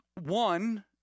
One